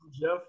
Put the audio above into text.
Jeff